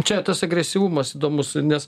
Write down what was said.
čia tas agresyvumas įdomus nes